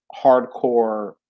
hardcore